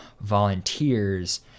volunteers